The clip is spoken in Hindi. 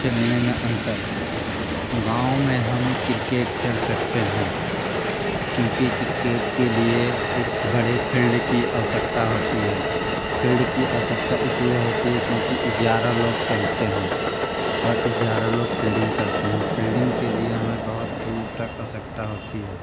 खेलने में अंतर गाँव में हम क्रिकेट खेल सकते हैं क्योंकि क्रिकेट के लिए एक बड़े फ़ील्ड की आवश्यकता होती है फ़ील्ड की आवश्यकता इसलिए होती है क्योंकि ग्यारह लोग खेलते हैं और ग्यारह लोग फील्डिंग करते हैं फेल्डिंग के लिए हमें बहुत दूर तक आवश्यकता होती है